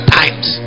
times